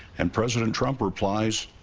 and president trump replies,